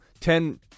Ten